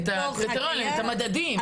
את הקריטריונים, את המדדים.